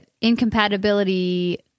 incompatibility